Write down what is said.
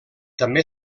també